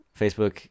Facebook